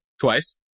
twice